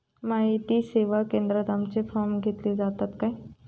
माहिती सेवा केंद्रात आमचे फॉर्म घेतले जातात काय?